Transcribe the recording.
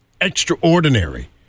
Extraordinary